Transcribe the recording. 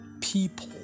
people